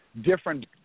different